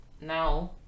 Now